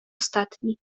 ostatni